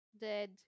dead